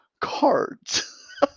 cards